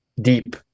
deep